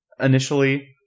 initially